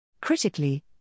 critically